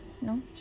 No